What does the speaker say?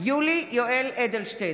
יולי יואל אדלשטיין,